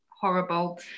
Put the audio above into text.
horrible